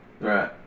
right